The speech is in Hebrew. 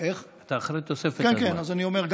אז אני אומר,